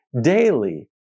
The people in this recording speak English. daily